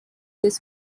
this